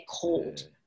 cold